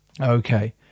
Okay